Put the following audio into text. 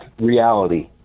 reality